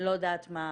אני לא יודעת מה המצב,